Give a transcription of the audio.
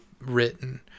written